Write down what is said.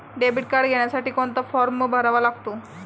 Debit card घेण्यासाठी कोणता form भरावा लागतो?